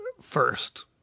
first